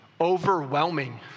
overwhelming